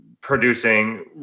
producing